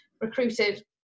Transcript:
recruited